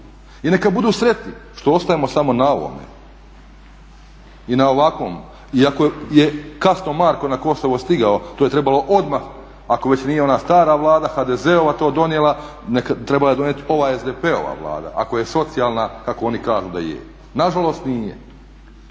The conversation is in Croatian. I neka budu sretni što ostajemo samo na ovome i na ovakvom iako je kasno Marko na Kosovo stigao, to je trebalo odmah ako već nije ona stara Vlada HDZ-ova to donijela, trebala je donijeti ova SDP-ova kako oni kažu da je. Nažalost nije.